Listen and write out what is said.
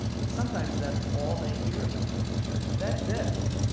but sometimes that's all they hear about from the church. that's it!